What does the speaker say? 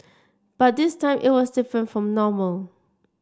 but this time it was different from normal